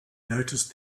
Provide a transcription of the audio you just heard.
noticed